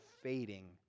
fading